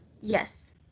Yes